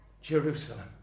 Jerusalem